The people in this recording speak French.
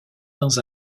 dans